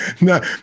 No